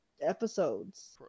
episodes